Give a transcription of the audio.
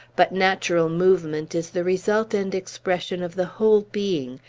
but natural movement is the result and expression of the whole being,